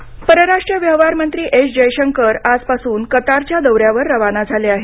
जयशंकर परराष्ट्र व्यवहार मंत्री एस जयशंकर आजपासून कतारच्या दौऱ्यावर रवाना झाले आहेत